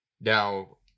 Now